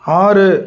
ஆறு